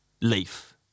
Leaf